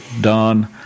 done